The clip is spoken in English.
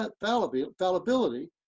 fallibility